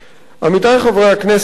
עמיתי חברי הכנסת,